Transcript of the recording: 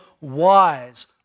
wise